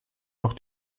noch